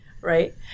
right